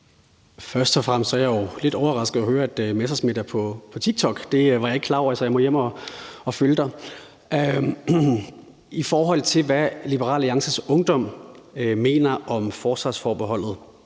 Først og fremmest er jeg jo lidt overrasket over at høre, at hr. Morten Messerschmidt er på TikTok. Det var jeg ikke klar over, så jeg må hjem og følge dig. I forhold til hvad Liberal Alliances Ungdom mener om forsvarsforbeholdet,